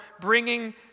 bringing